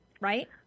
Right